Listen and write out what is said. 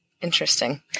Interesting